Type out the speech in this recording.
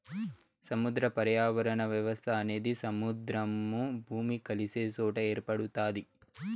సముద్ర పర్యావరణ వ్యవస్థ అనేది సముద్రము, భూమి కలిసే సొట ఏర్పడుతాది